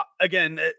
again